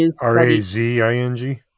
R-A-Z-I-N-G